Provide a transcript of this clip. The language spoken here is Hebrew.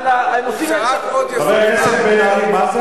והמחאה, גם אם היא